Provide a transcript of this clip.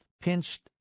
pinched